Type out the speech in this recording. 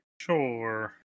sure